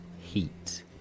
heat